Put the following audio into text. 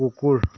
কুকুৰ